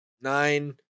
nine